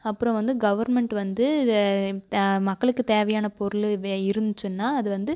அப்புறம் வந்து கவர்மெண்ட் வந்து மக்களுக்கு தேவையான பொருள் இருந்துச்சுன்னா அதுவந்து